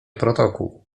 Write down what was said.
protokół